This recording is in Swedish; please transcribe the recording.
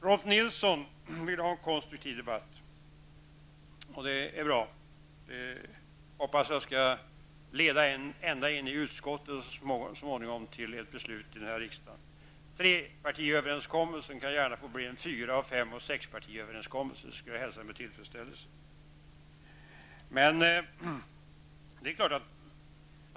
Rolf Nilson vill ha en konstruktiv debatt. Det är bra. Jag hoppas att det skall leda ända in i utskotten och så småningom till ett beslut i riksdagen. Trepartiöverenskommelsen kan gärna få bli en fyra-, fem eller sexpartiöverenskommelse. Det skulle hälsas med tillfredsställelse.